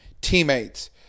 teammates